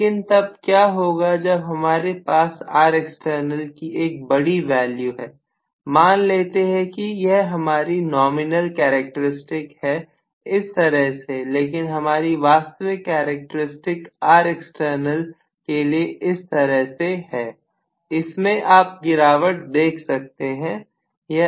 लेकिन तब क्या होगा जब हमारे पास Rext की एक बड़ी वैल्यू है मान लेते हैं कि यह हमारी नॉमिनल कैरेक्टरिस्टिक है इस तरह से लेकिन हमारी वास्तविक कैरेक्टर स्टिक Rext के लिए इस तरह से है इसमें आप गिरावट देख सकते हैं